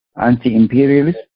anti-imperialist